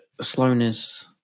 slowness